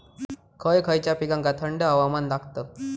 खय खयच्या पिकांका थंड हवामान लागतं?